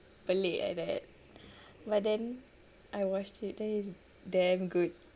pelik like that but then I watched it then it's damn good